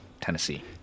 Tennessee